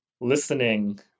listening